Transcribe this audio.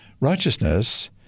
Righteousness